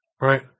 Right